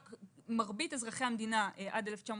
מרבית אזרחי המדינה, עד 1980